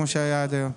כמו שהיה עד היום?